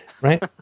Right